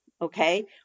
okay